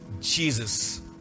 jesus